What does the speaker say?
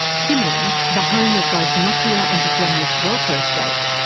finland, the home of both nokia and a generous welfare state,